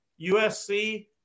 USC